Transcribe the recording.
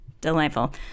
delightful